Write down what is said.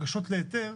להיתר